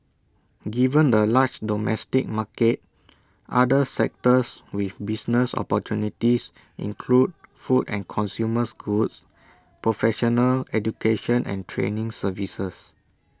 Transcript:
given the large domestic market other sectors with business opportunities include food and consumers goods professional education and training services